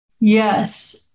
Yes